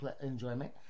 enjoyment